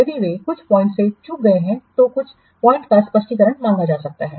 यदि वे कुछ पॉइंट्स से चूक गए हैं तो कुछ पॉइंट्स पर स्पष्टीकरण मांगा जा सकता है